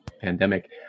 pandemic